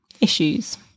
issues